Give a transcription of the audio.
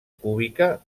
cúbica